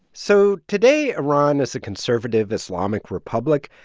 so today, iran is a conservative islamic republic,